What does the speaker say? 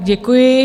Děkuji.